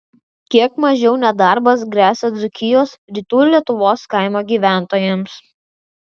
kiek mažiau nedarbas gresia dzūkijos rytų lietuvos kaimo gyventojams